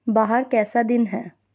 باہر کیسا دن ہے